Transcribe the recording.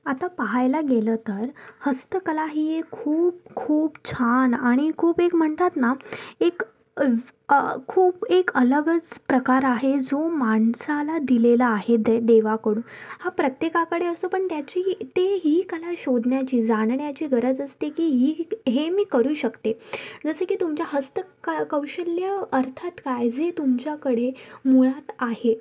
आता पाहायला गेलं तर हस्तकला ही खूप खूप छान आणि खूप एक म्हणतात ना एक खूप एक अलगच प्रकार आहे जो माणसाला दिलेला आहे दे देवाकडून हा प्रत्येकाकडे असतो पण त्याची ती ही कला शोधण्याची जाणण्याची गरज असते की ही हे मी करू शकते जसं की तुमच्या हस्तकला कौशल्य अर्थात काय जे तुमच्याकडे मुळात आहे